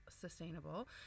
sustainable